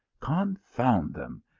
confound them!